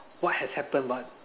what has happened but